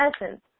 essence